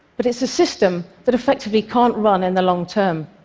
but it's a system that effectively can't run in the long term.